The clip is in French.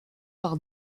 par